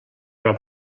però